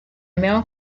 male